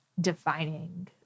defining